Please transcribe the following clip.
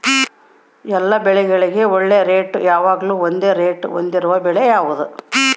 ಎಲ್ಲ ಬೆಳೆಗಳಿಗೆ ಒಳ್ಳೆ ರೇಟ್ ಯಾವಾಗ್ಲೂ ಒಂದೇ ರೇಟ್ ಹೊಂದಿರುವ ಬೆಳೆ ಯಾವುದು?